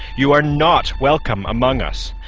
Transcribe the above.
you are not welcome among us.